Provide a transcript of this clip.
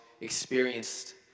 experienced